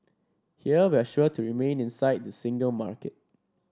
here we're sure to remain inside the single market